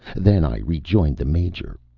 then i rejoined the major.